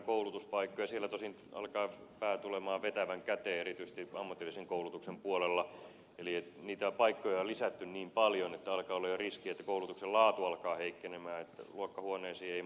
siellä tosin alkaa tulla pää vetävän käteen erityisesti ammatillisen koulutuksen puolella eli niitä paikkoja on lisätty niin paljon että alkaa olla jo riski että koulutuksen laatu alkaa heiketä luokkahuoneisiin ei mahdu määräänsä enempää